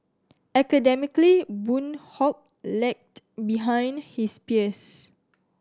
academically Boon Hock lagged behind his peers